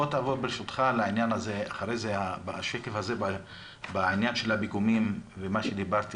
בוא תעבור לעניין של הפיגומים ומה שדיברתי,